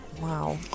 Wow